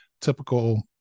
typical